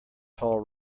tall